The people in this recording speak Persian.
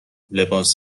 لباس